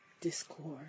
discord